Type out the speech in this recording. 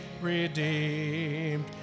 redeemed